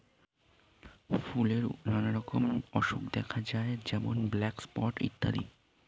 ফুলের উদ্ভিদে নানা রকম অসুখ দেখা যায় যেমন ব্ল্যাক স্পট ইত্যাদি